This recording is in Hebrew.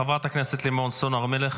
חברת הכנסת לימור סון הר מלך,